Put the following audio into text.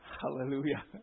Hallelujah